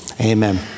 Amen